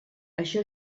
això